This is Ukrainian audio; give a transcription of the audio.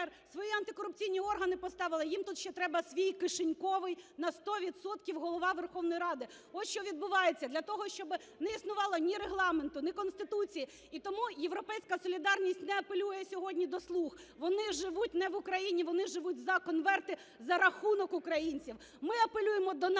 свої антикорупційні органи поставила, їм тут ще треба свій кишеньковий на сто відсотків Голова Верховної Ради. Ось що відбувається. Для того, щоб не існувало ні Регламенту, ні Конституції. І тому "Європейська солідарність" не апелює сьогодні до "слуг". Вони живуть не в Україні, вони живуть за конверти за рахунок українців. Ми апелюємо до